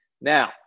Now